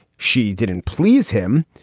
she didn't please him,